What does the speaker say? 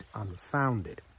unfounded